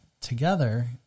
together